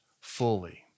fully